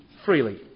freely